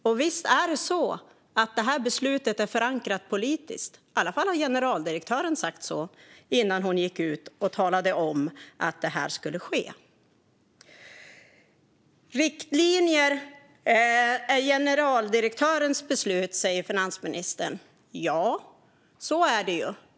Och visst är det så att detta beslut är förankrat politiskt. I alla fall har generaldirektören sagt det, innan hon gick ut och talade om att det här skulle ske. Riktlinjer är generaldirektörens beslut, säger finansministern. Ja, så är det.